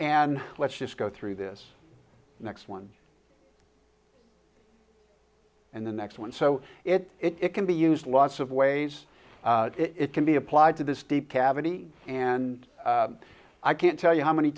and let's just go through this next one and the next one so it can be used lots of ways it can be applied to this deep cavity and i can't tell you how many